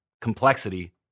complexity